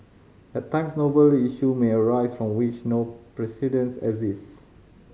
at times novel issue may arise from which no precedents exist